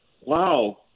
wow